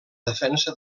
defensa